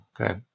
Okay